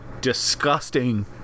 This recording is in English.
disgusting